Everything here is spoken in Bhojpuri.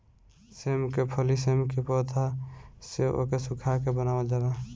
सेम के फली सेम के पौध से ओके सुखा के बनावल जाला